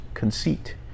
Conceit